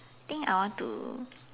think I want to